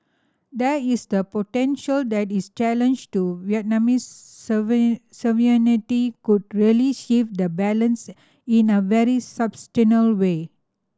there is the potential that is challenge to Vietnamese sovereignty could really shift that balance in a very way